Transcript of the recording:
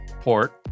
port